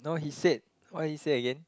no he said what he say again